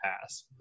pass